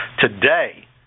Today